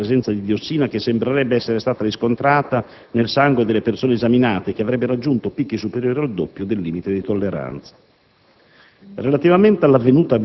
anche in considerazione dell'elevata presenza di diossina che sembrerebbe essere stata riscontrata nel sangue delle persone esaminate e che avrebbe raggiunto picchi superiori al doppio del limite di tolleranza.